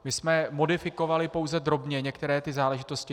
My jsme modifikovali pouze drobně některé ty záležitosti.